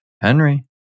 henry